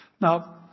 Now